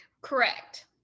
Correct